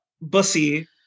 Bussy